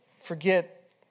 forget